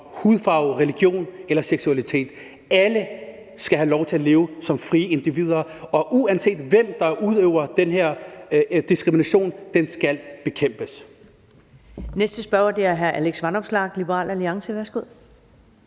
hudfarve, religion eller seksualitet. Alle skal have lov til at leve som frie individer, og uanset hvem der udøver den her diskrimination, skal den bekæmpes.